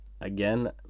again